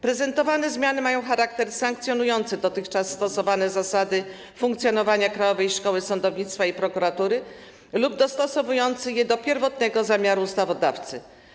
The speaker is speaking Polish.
Prezentowane zmiany mają charakter sankcjonujący dotychczas stosowane zasady funkcjonowania Krajowej Szkoły Sądownictwa i Prokuratury lub dostosowujący je do pierwotnego zamiaru ustawodawcy.